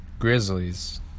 Grizzlies